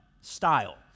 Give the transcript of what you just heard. style